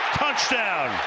touchdown